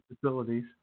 facilities